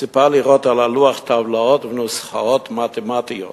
ציפה לראות על הלוח טבלאות ונוסחאות מתמטיות